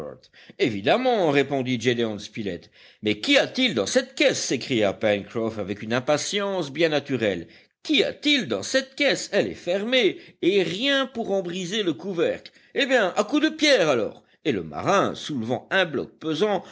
évidemment répondit gédéon spilett mais qu'y a-t-il dans cette caisse s'écria pencroff avec une impatience bien naturelle qu'y a-t-il dans cette caisse elle est fermée et rien pour en briser le couvercle eh bien à coups de pierre alors et le marin soulevant un bloc pesant